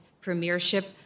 premiership